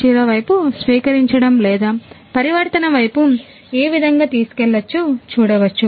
0 వైపు స్వీకరించడం లేదా పరివర్తన వైపు ఏ విధముగా తీసుకెళ్లొచ్చో చూడవచ్చు